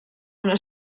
una